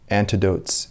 antidotes